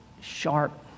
sharp